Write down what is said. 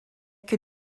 que